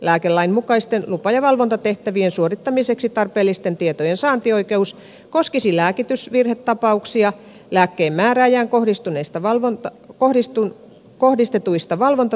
lääkelain mukaisten lupa ja valvontatehtävien suorittamiseksi tarpeellisten tietojen saantioikeus koski si lääkitysvirhetapauksia lääkkeen määrääjään kohdistuneista valvonta kohdistui kohdistetuista valvonta